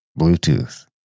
Bluetooth